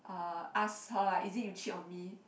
uh ask her lah is it you cheat on me